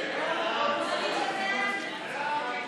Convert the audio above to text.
סעיפים 1 2 נתקבלו.